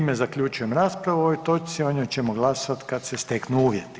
Time zaključujem raspravu o ovoj točci, o njoj ćemo glasovat kad se steknu uvjeti.